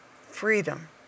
freedom